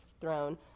throne